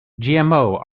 gmo